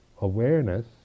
awareness